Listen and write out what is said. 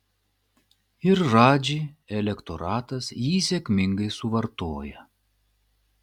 ir radži elektoratas jį sėkmingai suvartoja